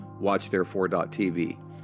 watchtherefore.tv